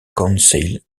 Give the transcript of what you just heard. conseil